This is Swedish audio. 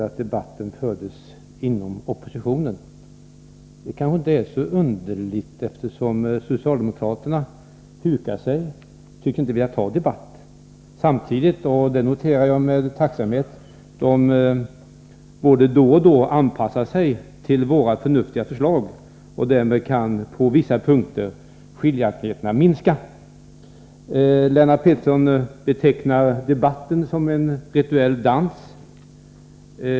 Fru talman! Lennart Pettersson poängterade att debatten förs inom oppositionen. Det kanske inte är så underligt, eftersom socialdemokraterna hukar sig och tydligen inte vill ta debatt. Men jag noterar med tacksamhet att de både då och då anpassar sig till våra förnuftiga förslag. Därmed kan på vissa punkter skiljaktigheterna minska. Lennart Pettersson betecknar debatten som en rituell dans.